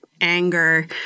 anger